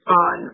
on